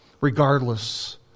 regardless